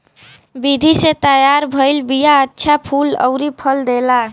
विधि से तैयार भइल बिया अच्छा फूल अउरी फल देला